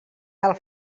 tal